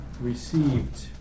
received